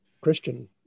Christian